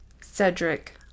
Cedric